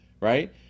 right